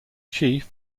chief